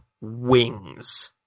wings